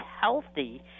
healthy